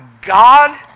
God